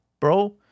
Bro